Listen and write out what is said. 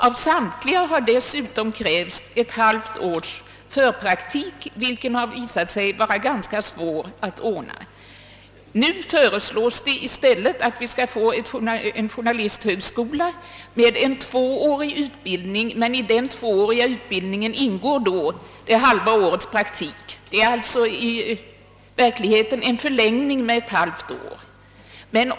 Av samtliga har dessutom krävts ett halvt års förpraktik, vilken har visat sig vara ganska svår att ordna. Nu föreslås i stället att vi skall få en journalisthögskola med en tvåårig utbildning; i denna ingår då det halva årets praktik, alltså i verkligheten en förlängning med ett halvt år.